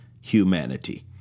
humanity